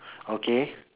okay